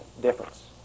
Difference